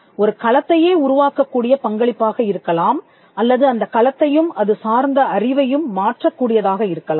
ஒரு களத்தையே உருவாக்கக்கூடிய பங்களிப்பாக இருக்கலாம்அல்லது அந்தக் களத்தையும் அதுசார்ந்த அறிவையும் மாற்றக் கூடியதாக இருக்கலாம்